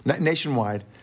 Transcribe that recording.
nationwide